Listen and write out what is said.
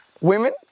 Women